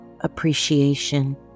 appreciation